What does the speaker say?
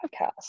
podcast